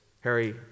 Harry